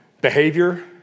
Behavior